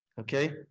Okay